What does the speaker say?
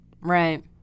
Right